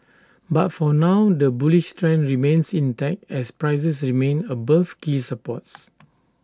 but for now the bullish trend remains intact as prices remain above key supports